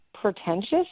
pretentious